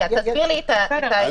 תסביר לי את ה-24 שעות.